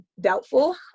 doubtful